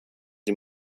die